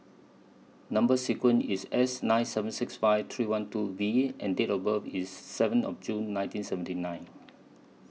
Number sequence IS S nine seven six five three one two V and Date of birth IS seven of June nineteen seventy nine